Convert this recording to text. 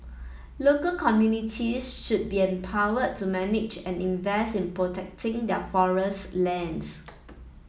local communities should be empowered to manage and invest in protecting their forest lands